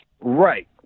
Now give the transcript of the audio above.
Right